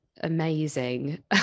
amazing